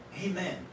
Amen